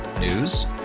News